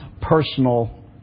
personal